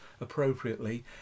appropriately